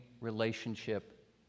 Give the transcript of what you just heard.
relationship